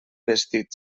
vestit